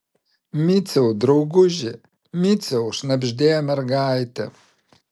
miciau drauguži miciau šnabždėjo mergaitė